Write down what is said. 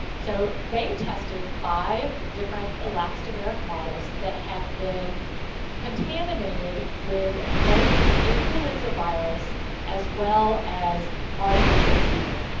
so, they tested five different elastomeric models that had been contaminated with both influenza virus as well as artificial sebum.